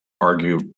argue